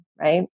right